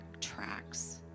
tracks